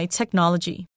technology